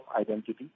identity